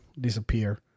disappear